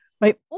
right